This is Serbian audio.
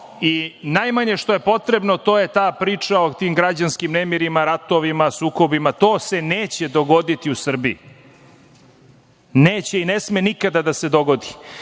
i najmanje što je potrebno to je ta priča o tim građanskim nemirima, ratovima, sukobima. To se neće dogoditi u Srbiji. Neće i ne sme nikada da se dogodi. Malopre